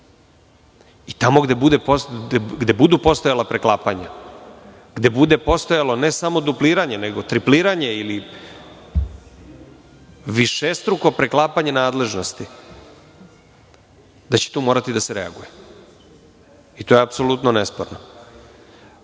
Tamo gde budu postojala preklapanja, gde bude postojalo ne samo dupliranje, nego tripliranje ili višestruko preklapanje nadležnosti, tu će morati da se reaguje. To je apsolutno nesporno. Ovde